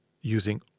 using